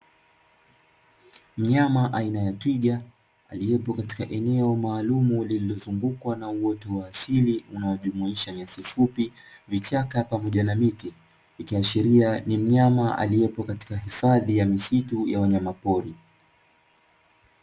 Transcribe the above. Mnyama aina ya twiga, aliyepo katika eneo maalumu lililozungukwa na uoto wa asili unaojumuisha nyasi fupi, vichaka pamoja na miti. Ikiashiria ni mnyama aliyepo katika hifadhi ya misitu ya wanyama pori.